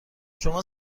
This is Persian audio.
شما